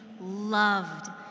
loved